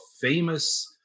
famous